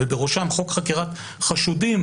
ובראשם חוק חקירת חשודים,